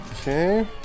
Okay